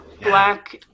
black